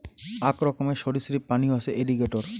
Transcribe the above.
আক রকমের সরীসৃপ প্রাণী হসে এলিগেটের